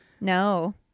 No